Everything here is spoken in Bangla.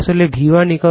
সুতরাং এটি আসলে V1 E1